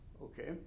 Okay